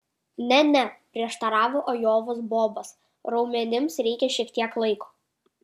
ne ne prieštaravo ajovos bobas raumenims reikia šiek tiek laiko